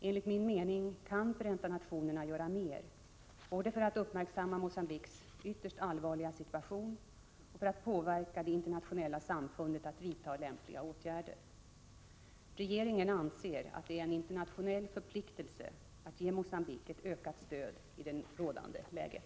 Enligt min mening kan Förenta nationerna göra mer både för att uppmärksamma Mogambiques ytterst allvarliga situation och för att påverka det internationella samfundet att vidta lämpliga åtgärder. Regeringen anser att det är en internationell förpliktelse att ge Mogambique ett ökat stöd i det nu rådande läget.